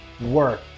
work